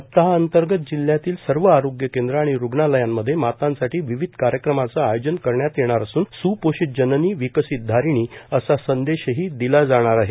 सप्ताहांतर्गत जिल्ह्यातील सर्व आरोग्य केंद्र आणि रुग्णालयांमध्ये मातांसाठी विविध कार्यक्रमांचे आयोजन करण्यात येणार असून सुपोषित जननी विकसित धारिणी असा संदेशही दिला जाणार आहे